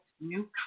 new